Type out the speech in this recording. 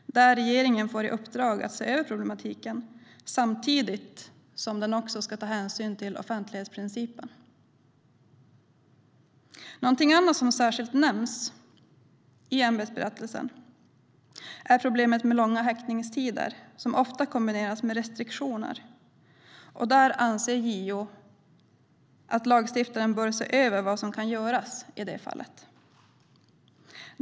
Regeringen får i uppdrag att se över problematiken samtidigt som den ska ta hänsyn till offentlighetsprincipen. Någonting annat som särskilt nämns i ämbetsberättelsen är problemet med långa häktningstider som ofta kombineras med restriktioner. JO anser att lagstiftaren bör se över vad som kan göras i det fallet.